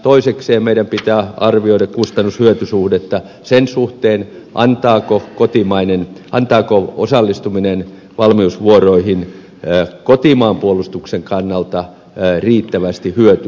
toisekseen meidän pitää arvioida kustannushyöty suhdetta sen suhteen antaako osallistuminen valmiusvuoroihin kotimaan puolustuksen kannalta riittävästi hyötyä